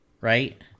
right